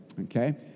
okay